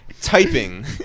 Typing